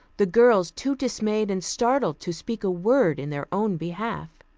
the girls too dismayed and startled to speak a word in their own behalf.